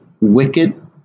wicked